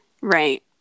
Right